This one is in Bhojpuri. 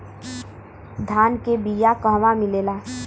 धान के बिया कहवा मिलेला?